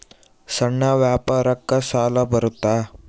ಸಣ್ಣ ವ್ಯಾಪಾರಕ್ಕ ಸಾಲ ಬರುತ್ತಾ?